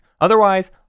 Otherwise